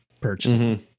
purchasing